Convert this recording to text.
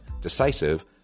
decisive